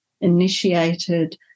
initiated